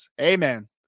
Amen